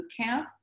bootcamp